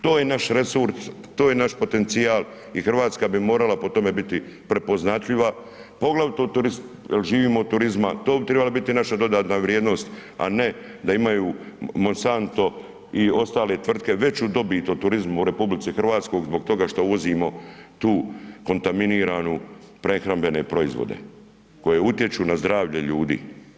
To je naš resurs, to je naš potencijal i Hrvatska bi morala po tome biti prepoznatljiva poglavito jel živimo od turizma, to bi trebala biti naša dodatna vrijednost, a ne da imaju Monsanto i ostale tvrtke veću dobit od turizma u RH zbog toga što uvozimo tu kontaminiranu prehrambene proizvode koje utječu na zdravlje ljudi.